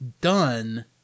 done